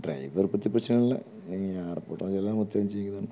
driver பற்றி பிரச்சனை இல்லை நீ யாரை போட்டாலும் எல்லாம் நமக்கு தெரிஞ்சவிய்ங்க தானே